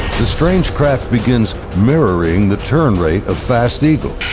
the strange craft begins mirroring the turn rate of fast eagle.